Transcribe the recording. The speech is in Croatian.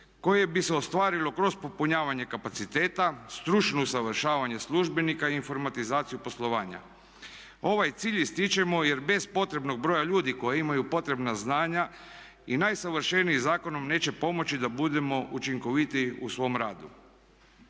koje bi se ostvarilo kroz popunjavanje kapaciteta, stručno usavršavanje službenika i informatizaciju poslovanja. Ovaj cilj ističemo jer bez potrebnog broja ljudi koji imaju potrebna znanja i najsavršeniji zakon nam neće pomoći da budemo učinkovitiji u svom radu.